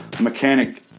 mechanic